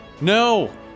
No